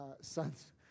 sons